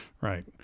right